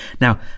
Now